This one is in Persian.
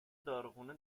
داروخونه